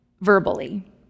verbally